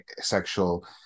sexual